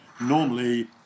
normally